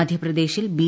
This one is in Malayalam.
മധ്യപ്രദേശിൽ ബി